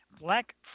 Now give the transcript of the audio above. Black